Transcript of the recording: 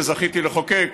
שזכיתי לחוקק,